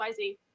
XYZ